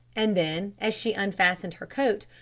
and then, as she unfastened her coat,